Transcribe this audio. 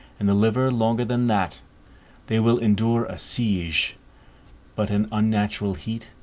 and the liver longer than that they will endure a siege but an unnatural heat,